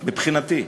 מבחינתי.